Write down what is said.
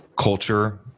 culture